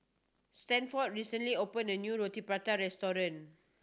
Stanford recently opened a new Roti Prata restaurant